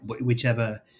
whichever